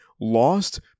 Lost